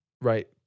right